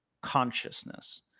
consciousness